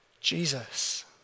jesus